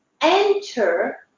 enter